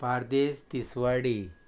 Bardez Tiswadi